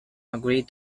agreed